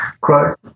Christ